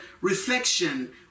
reflection